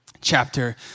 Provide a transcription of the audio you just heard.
chapter